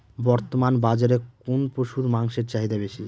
বর্তমান বাজারে কোন পশুর মাংসের চাহিদা বেশি?